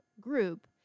group